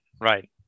right